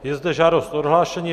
Je zde žádost o odhlášení.